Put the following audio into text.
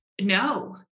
No